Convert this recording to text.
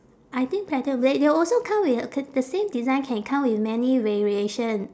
I think platinum they they also come with a c~ the same design can come with many variation